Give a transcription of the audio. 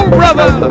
brother